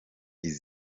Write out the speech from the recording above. izi